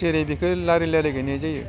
जेरै बेखौ लारि लारि गायनाय जायो